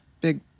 big